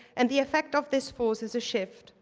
and the effect of this force is a shift.